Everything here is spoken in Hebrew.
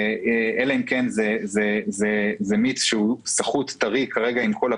אלא אם כן זה מיץ שהוא סחוט טרי כרגע עם כל הפרי,